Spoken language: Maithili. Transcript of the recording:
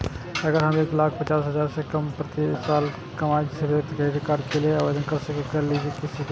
अगर हम एक लाख पचास हजार से कम प्रति साल कमाय छियै त क्रेडिट कार्ड के लिये आवेदन कर सकलियै की?